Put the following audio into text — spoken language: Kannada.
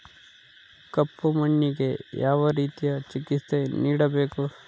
ಕಪ್ಪು ಮಣ್ಣಿಗೆ ಯಾವ ರೇತಿಯ ಚಿಕಿತ್ಸೆ ನೇಡಬೇಕು?